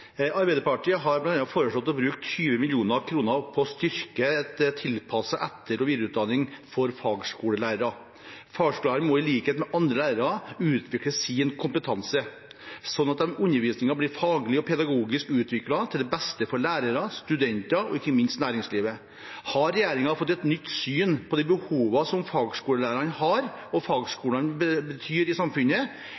Arbeiderpartiet har bl.a. foreslått å bruke 20 mill. kr på å styrke tilpasset etter- og videreutdanning for fagskolelærere. Fagskolelærerne må i likhet med andre lærere utvikle sin kompetanse, slik at undervisningen blir faglig og pedagogisk utviklet til beste for lærere, studenter og ikke minst næringslivet. Har regjeringen fått et nytt syn på de behovene fagskolelærerne har, og